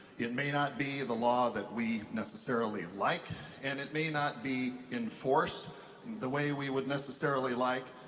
it may not be the law that we necessarily like and it may not be enforced the way we would necessarily like,